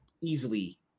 easily